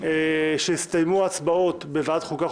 כאשר הסתיימו ההצבעות בוועדת החוקה,